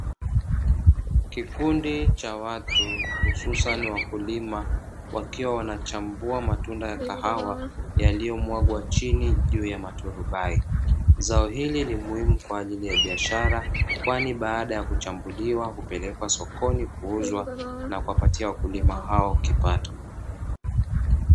Kikundi cha watu hususani wakulima wakiwa wanachambua matunda ya kahawa yaliyomwagwa chini juu ya maturbai; zao hili ni muhimu kwa ajili ya biashara, kwani baada ya kuchambuliwa hupelekwa sokoni kuuzwa na kuwapatia wakulima hao kipato.